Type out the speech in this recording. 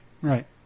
Right